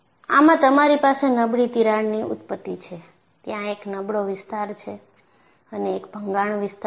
આમાં તમારી પાસે નબળી તિરાડની ઉત્પત્તિ છે ત્યાં એક નબળો વિસ્તાર છે અને એક ભંગાણ વિસ્તાર છે